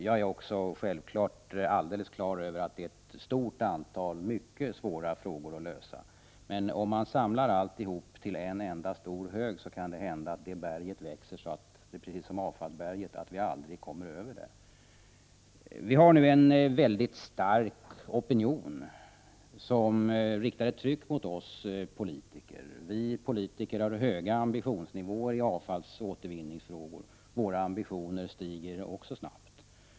Jag är självfallet helt på det klara med att det finns ett stort antal mycket svåra frågor att lösa, men om man samlar allt till en enda stor hög, så kan det hända att den högen växer precis som avfallsberget, så att vi aldrig kommer över den. Det finns nu en mycket stark opinion som riktar ett tryck mot oss politiker. Vi politiker har höga ambitionsnivåer i avfallsoch återvinningsfrågor. Våra ambitioner stiger också snabbt.